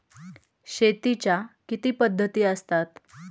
शेतीच्या किती पद्धती असतात?